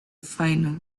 final